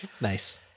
Nice